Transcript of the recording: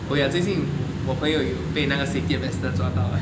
oh ya 最近我朋友又被那个 safety ambassador 抓到 eh